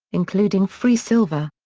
including free silver.